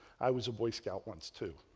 i was a boy scout once too,